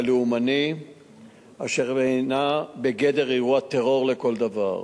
לאומני אשר הינה בגדר אירוע טרור לכל דבר.